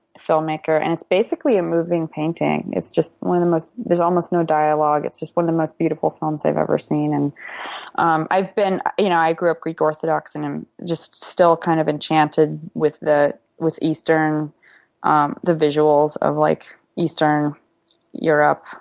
filmmaker. and it's basically a moving painting. it's just one of the most there's almost no dialogue, it's just one of the most beautiful films i've ever seen. and um you know, i grew up greek orthodox and i'm just still kind of enchanted with the with eastern um the visuals of like eastern europe.